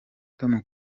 tom